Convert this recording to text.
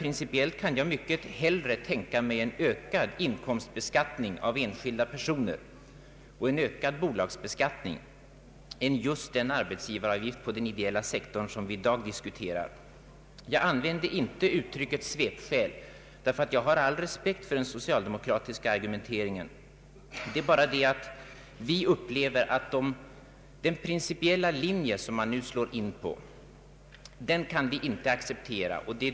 Principiellt kan jag mycket hellre tänka mig en ökad inkomstbeskattning av enskilda personer och en ökad bolagsbeskattning än just den arbetsgivaravgift på den ideella sektorn som vi i dag diskuterar. Jag använde inte uttrycket svepskäl, ty jag har all respekt för den socialdemokratiska argumenteringen. Men den principiella linje som regeringen nu slår in på kan vi inte acceptera.